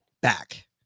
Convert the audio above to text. back